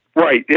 Right